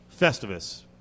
Festivus